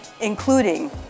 including